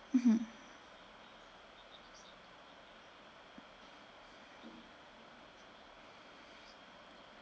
mmhmm